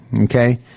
Okay